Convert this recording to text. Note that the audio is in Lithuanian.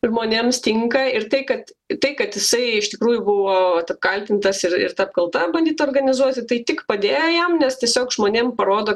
žmonėms tinka ir tai kad tai kad jisai iš tikrųjų buvo kaltintas ir ir ta apkalta bandyta organizuoti tai tik padėjo jam nes tiesiog žmonėm parodė